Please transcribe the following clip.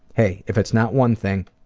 hey, if it's not one thing!